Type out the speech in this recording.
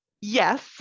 yes